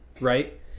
right